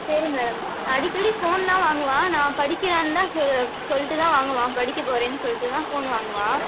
சரி மேடம் அடிக்கடி ஃபோன்லாம் வாங்குவான் நான் படிக்கிறேன்னு தான் சொல் சொல்லிட்டு தான் வாங்குவான் படிக்க போகறேன்னு சொல்லிட்டு தான் ஃபோன் வாங்குவான்